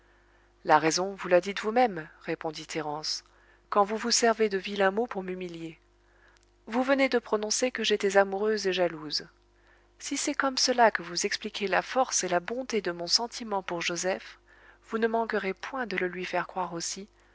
la raison vous la dites vous-même répondit thérence quand vous vous servez de vilains mots pour m'humilier vous venez de prononcer que j'étais amoureuse et jalouse si c'est comme cela que vous expliquez la force et la bonté de mon sentiment pour joseph vous ne manquerez point de le lui faire croire aussi